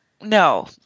No